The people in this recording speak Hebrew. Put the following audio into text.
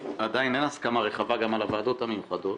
אני בעד הרעיון שלך.